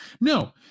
No